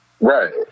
Right